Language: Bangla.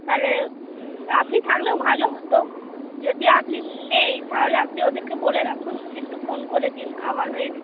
তাহলে আপনি থাকলেও ভালো হতো যদি আপনি নেই তাহলে আপনি ওদেরকে বলে রাখুন একটু ফোন করে দিন আমার হয়ে